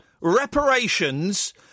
reparations